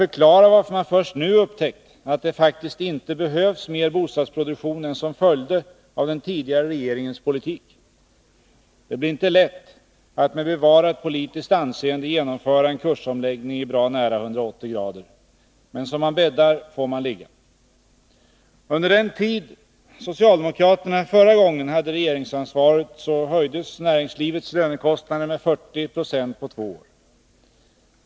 Förklara varför man först nu upptäckt att det faktiskt inte behövs mer bostadsproduktion än som följde av den tidigare regeringens politik. Det blir inte lätt att med bevarat politiskt anseende genomföra en kursomläggning på bra nära 180 grader. Men som man bäddar får man ligga. Under den tid socialdemokraterna förra gången hade regeringsansvaret höjdes näringslivets lönekostnader med 40 96 på två år.